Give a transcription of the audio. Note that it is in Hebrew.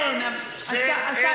זה ערך.